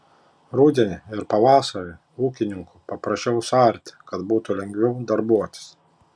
rudenį ir pavasarį ūkininkų paprašau suarti kad būtų lengviau darbuotis